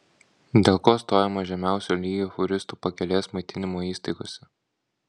dėl ko stojama žemiausio lygio fūristų pakelės maitinimo įstaigose